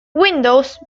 windows